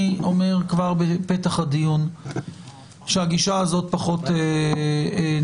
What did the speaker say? אני אומר כבר בפתח הדיון שהגישה הזאת פחות נראית